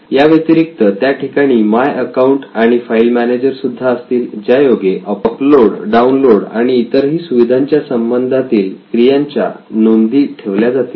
याव्यतिरिक्त त्याठिकाणी my account आणि फाईल मॅनेजर सुद्धा असतील ज्यायोगे अपलोड डाउनलोड आणि इतरही सुविधांच्या संबंधातील क्रियांच्या नोंदी ठेवल्या जातील